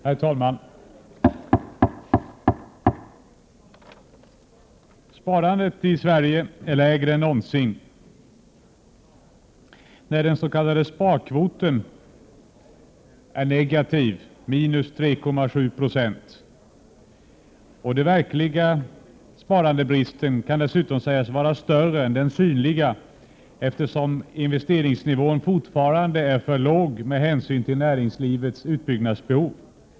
Herr talman! Sparandet i Sverige är lägre än någonsin. Den s.k. sparkvoten är negativ, minus 3,7 Jo. Den verkliga bristen på sparande kan dessutom sägas vara större än den synliga, eftersom investeringsnivån fortfarande är för låg med hänsyn till näringslivets utbyggnadsbehov.